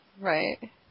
right